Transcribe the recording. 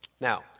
Now